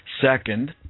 Second